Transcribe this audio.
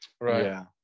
Right